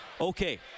Okay